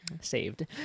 saved